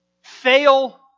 fail